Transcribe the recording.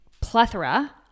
plethora